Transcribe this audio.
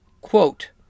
quote